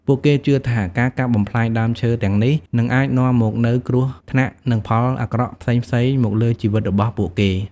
ពួកគេជឿថា ការកាប់បំផ្លាញដើមឈើទាំងនេះនឹងអាចនាំមកនូវគ្រោះថ្នាក់និងផលអាក្រក់ផ្សេងៗមកលើជីវិតរបស់ពួកគេ។